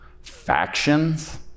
factions